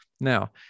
Now